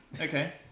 Okay